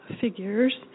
figures